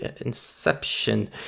inception